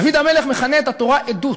דוד המלך מכנה את התורה "עדות".